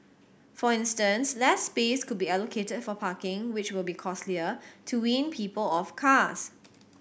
for instance less space could be allocated for parking which will be costlier to wean people off cars